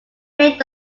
made